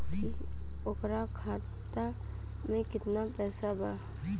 की ओकरा खाता मे कितना पैसा बा?